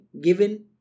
given